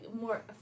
more